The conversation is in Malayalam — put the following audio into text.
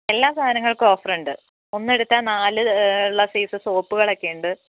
എല്ലാ സാധനങ്ങൾക്കും ഓഫറുണ്ട് ഒന്നെടുത്താൽ നാല് ഉള്ള സൈസ് സോപ്പുകളൊക്കെ ഉണ്ട്